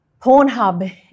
Pornhub